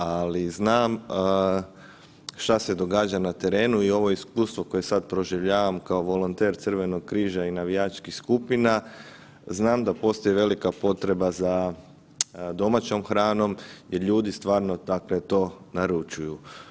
Ali znam šta se događa na terenu i ovo iskustvo koje sada proživljavam kao volonter Crvenog križa i navijačkih skupina, znam da postoji velika potreba za domaćom hranom jer ljudi stvarno, dakle to naručuju.